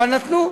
אבל נתנו.